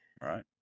right